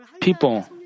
people